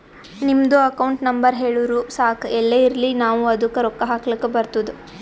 ನಿಮ್ದು account number ಹೇಳುರು ಸಾಕ್ ಎಲ್ಲೇ ಇರ್ಲಿ ನಾವೂ ಅದ್ದುಕ ರೊಕ್ಕಾ ಹಾಕ್ಲಕ್ ಬರ್ತುದ್